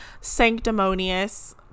sanctimonious